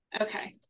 Okay